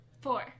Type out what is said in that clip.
Four